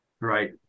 right